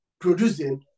producing